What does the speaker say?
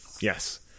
Yes